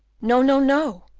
no, no, no!